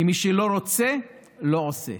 כי מי שלא רוצה לא עושה.